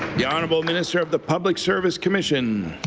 the honourable minister of the public service commission.